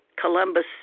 Columbus